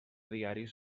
diaris